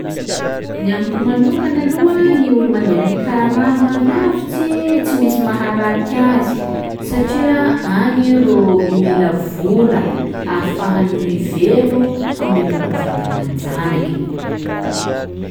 Ny amiko manokany aloha gny olo mandeha mikarama lavitsy tsy misy maharaty azy satria agny rô mila vola ahafahany mivelo hamelomany vady aman-janakiny.